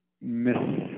miss